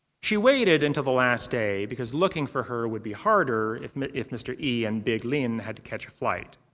she waited until the last day because looking for her would be harder if if mr. yi and big lin had to catch a flight.